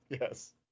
Yes